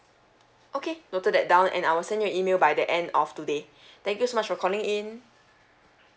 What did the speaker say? okay noted that down and I will send you an email by the end of today thank you so much for calling in